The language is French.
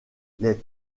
les